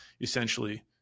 essentially